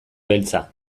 beltza